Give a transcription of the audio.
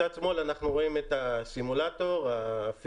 מצד שמאל אנחנו רואים את הסימולטור הפיזי